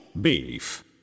Beef